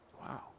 wow